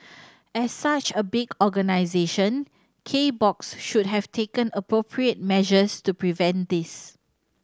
as such a big organisation K Box should have taken appropriate measures to prevent this